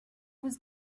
was